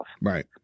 Right